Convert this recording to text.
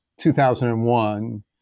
2001